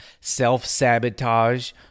self-sabotage